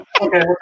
Okay